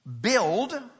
build